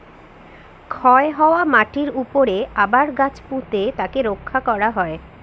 ক্ষয় হওয়া মাটিরর উপরে আবার গাছ পুঁতে তাকে রক্ষা করা হয়